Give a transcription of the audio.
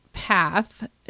path